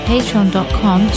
Patreon.com